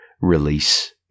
release